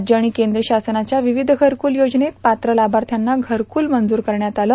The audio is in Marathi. राज्य आर्मण कद्र शासनाच्या र्वावध घरकूल योजनेत पात्र लाभाथ्याना घरकूल मंजूर करण्यात आले